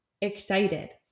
excited